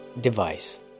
device